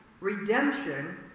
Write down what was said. Redemption